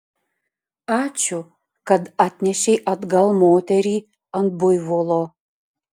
ačiū kad atnešei atgal moterį ant buivolo